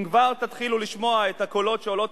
אם כבר תתחילו לשמוע את הקולות שעולים